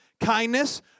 kindness